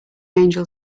angel